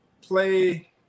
play